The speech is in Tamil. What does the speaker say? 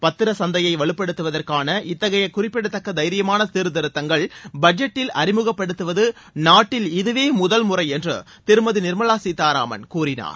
பத்திர சந்தையை வலுப்படுத்துவதெற்கான இத்தகைய குறிப்பிடத்தக்க தைரியமான சீர்திருத்தங்கள் பட்ஜெட்டில் அறிமுகப்படுத்துவது நாட்டில் இதுவே முதல் முறை என்று திருமதி நிர்மலா சீதாராமன் கூறினார்